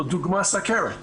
לדוגמה סכרת,